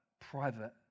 private